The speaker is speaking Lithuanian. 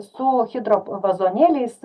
su hidro p vazonėliais